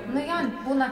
nu jo būna